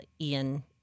Ian